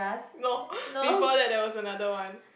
no before that there was another one